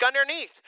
underneath